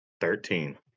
Thirteen